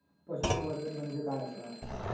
पशुसंवर्धन म्हणजे काय आसा?